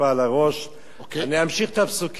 אני אמשיך את הפסוקים של ר' ישראל אייכלר,